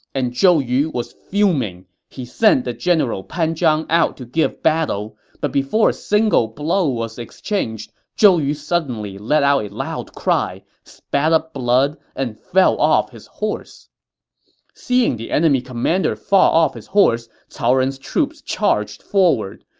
and zhou yu was fuming. he sent the general pan zhang out to give battle, but before a single blow was exchanged, zhou yu suddenly let out a loud cry, spat up blood, and fell off his horse seeing the enemy commander fall off his horse, cao ren's troops charged forward.